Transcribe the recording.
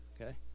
Okay